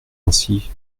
ainsi